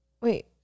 Wait